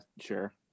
sure